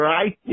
Right